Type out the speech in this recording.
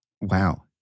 Wow